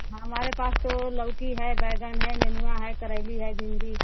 हमारे पास तो लौकी है बैंगन है निनुवा है करेली है भिंडी